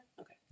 Okay